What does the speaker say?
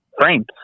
frames